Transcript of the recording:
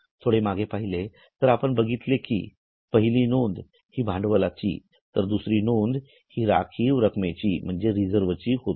थोडे मागे पहिले तर आपण बघितले कि पहिली नोंद हि भांडवलाची तर दुसरी नोंद हि राखीव रक्कमेची म्हणजेच रिजर्व ची होती